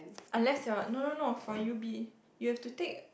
unless your no no no for u_b you have to take